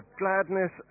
gladness